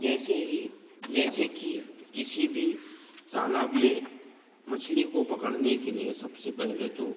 जैसे ही जैसे कि किसी भी तालाब में मछली को पकड़ने के लिए सबसे पहले तो